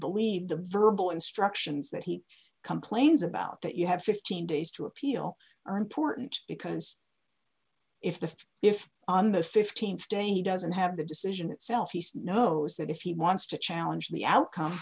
believe the verbal instructions that he complains about that you have fifteen days to appeal are important because if the if on the th day he doesn't have the decision itself he's knows that if he wants to challenge the outcome